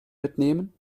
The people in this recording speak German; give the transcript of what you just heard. mitnehmen